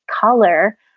color